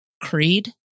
creed